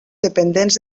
dependents